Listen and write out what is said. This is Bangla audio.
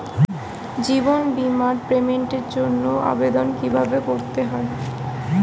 জীবন বীমার পেমেন্টের জন্য আবেদন কিভাবে করতে হয়?